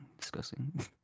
Disgusting